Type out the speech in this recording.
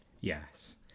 yes